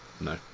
no